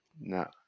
No